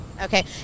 Okay